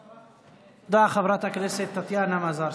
תודה, חברת הכנסת טטיאנה מזרסקי.